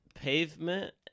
Pavement